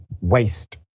waste